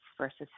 versus